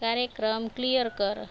कार्यक्रम क्लिअर कर